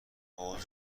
حوض